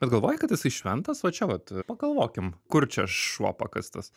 bet galvoji kad jisai šventas va čia vat pagalvokim kur čia šuo pakastas